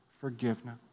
forgiveness